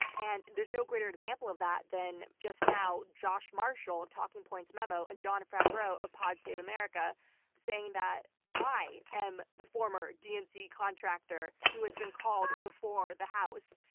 and there's no greater example of that than just now, josh marshall of talking points memo and jon favreau of pod save america saying that i am the former dnc contractor who has been called before the house.